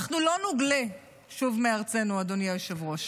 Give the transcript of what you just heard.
אנחנו לא נוגלה שוב מארצנו, אדוני היושב-ראש.